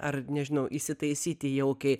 ar nežinau įsitaisyti jaukiai